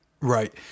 Right